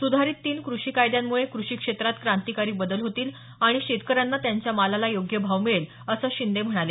सुधारीत तीन कृषी कायद्यांमुळे कृषी क्षेत्रात क्रांतिकारी बदल होतील आणि शेतकऱ्यांनी त्यांच्या मालाला योग्य भाव मिळेल असं शिंदे म्हणाले